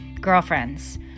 girlfriends